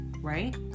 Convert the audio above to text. Right